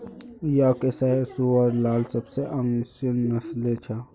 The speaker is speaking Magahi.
यॉर्कशायर सूअर लार सबसे आम विषय नस्लें छ